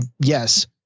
yes